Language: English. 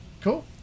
Cool